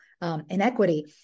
Inequity